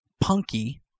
punky